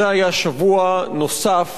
זה היה שבוע נוסף